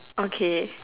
okay